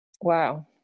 Wow